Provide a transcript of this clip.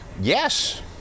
yes